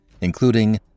including